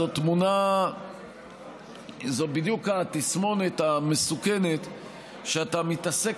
זאת בדיוק התסמונת המסוכנת שאתה מתעסק